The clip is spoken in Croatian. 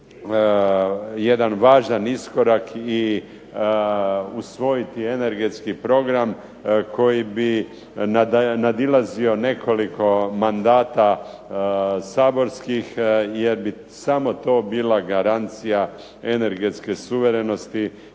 jedan važan iskorak i usvojiti energetski program koji bi nadilazio nekoliko mandata saborskih jer bi samo to bila garancija energetske suverenosti